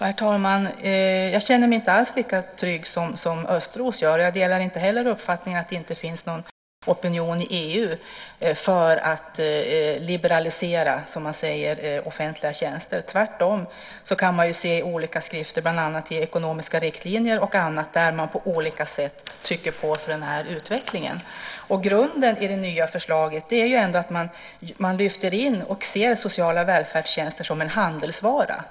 Herr talman! Jag känner mig inte alls lika trygg som Östros gör. Jag delar inte heller uppfattningen att det inte finns någon opinion i EU för att liberalisera offentliga tjänster. Tvärtom kan man se i olika skrifter, bland annat i ekonomiska riktlinjer och annat, att man på olika sätt trycker på för den utvecklingen. Grunden i det nya förslaget är att man lyfter in och ser sociala välfärdstjänster som en handelsvara.